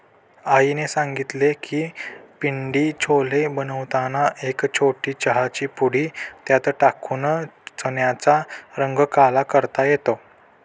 आईने सांगितले की पिंडी छोले बनवताना एक छोटी चहाची पुडी त्यात टाकून चण्याचा रंग काळा करता येतो